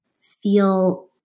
feel